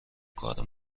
کار